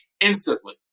instantly